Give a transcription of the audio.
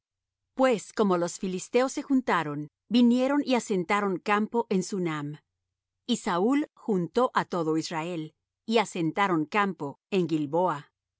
pues como los filisteos se juntaron vinieron y asentaron campo en sunam y saúl juntó á todo israel y asentaron campo en gilboa y